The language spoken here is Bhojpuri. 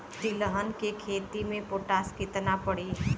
तिलहन के खेती मे पोटास कितना पड़ी?